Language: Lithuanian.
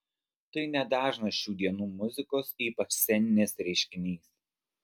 tai nedažnas šių dienų muzikos ypač sceninės reiškinys